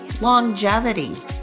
longevity